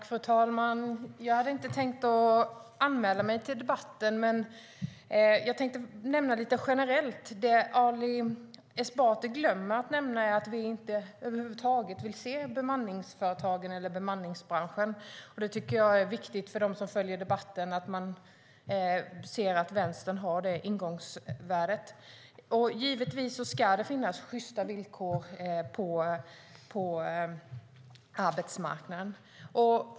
Fru talman! Jag hade inte tänkt anmäla mig till debatten, men jag vill generellt ta upp att Ali Esbati glömmer nämna att Vänsterpartiet över huvud taget inte vill ha bemanningsföretag eller en bemanningsbransch. Det är viktigt för dem som följer debatten att se att Vänstern har det ingångsvärdet. Givetvis ska det finnas sjysta villkor på arbetsmarknaden.